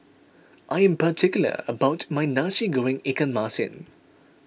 I'm particular about my Nasi Goreng Ikan Masin